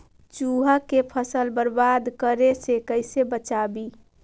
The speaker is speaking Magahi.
चुहा के फसल बर्बाद करे से कैसे बचाबी?